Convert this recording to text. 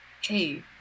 Hey